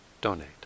donate